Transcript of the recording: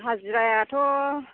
हाजिरायाथ'